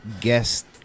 guest